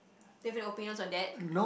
do you have opinions on that